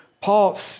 Paul